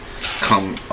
come